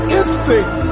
instinct